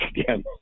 again